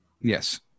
Yes